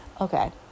okay